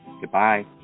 Goodbye